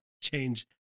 change